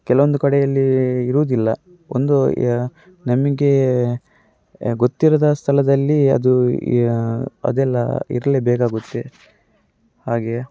ಕೆಲವೊಂದು ಕಡೆಯಲ್ಲಿ ಇರುವುದಿಲ್ಲ ಒಂದು ನಮ್ಗೆ ಗೊತ್ತಿರದ ಸ್ಥಳದಲ್ಲಿ ಅದು ಅದೆಲ್ಲ ಇರಲೇಬೇಕಾಗುತ್ತೆ ಹಾಗೇ